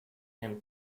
and